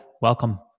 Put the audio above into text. Welcome